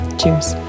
Cheers